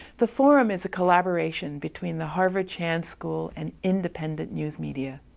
the forum is a collaboration between the harvard chan school an independent news media.